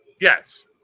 Yes